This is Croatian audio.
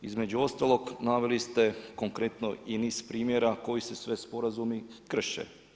Između ostalog naveli ste konkretno niz primjera koji se sve sporazumi krše.